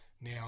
Now